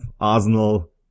Arsenal